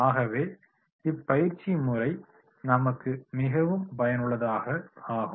ஆகவே இப் பயிற்சி முறை நமக்கு மிகவும் பயனுள்ளதாகும்